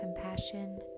compassion